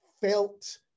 felt